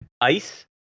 ice